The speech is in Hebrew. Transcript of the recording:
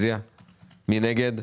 מי נגד?